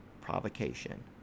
provocation